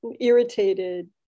irritated